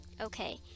okay